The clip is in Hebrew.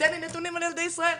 ייתן לי נתונים על ילדי ישראל,